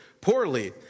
poorly